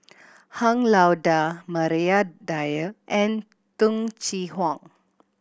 Han Lao Da Maria Dyer and Tung Chye Hong